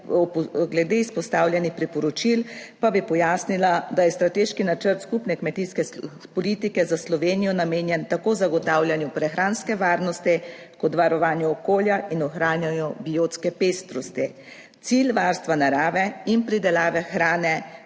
Glede izpostavljenih priporočil pa bi pojasnila, da je strateški načrt skupne kmetijske politike za Slovenijo namenjen tako zagotavljanju prehranske varnosti kot varovanju okolja in ohranjanju biotske pestrosti. Cilj varstva narave in pridelave hrane,